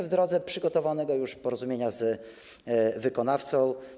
W drodze przygotowanego już porozumienia z wykonawcą.